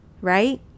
right